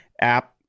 app